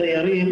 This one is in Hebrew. סיירים,